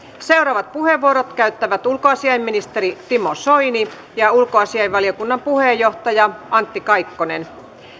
seuraavat puheenvuorot käyttävät ulkoasiainministeri timo soini ja ulkoasiainvaliokunnan puheenjohtaja antti kaikkonen